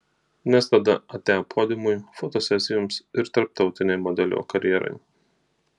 nes tada atia podiumui fotosesijoms ir tarptautinei modelio karjerai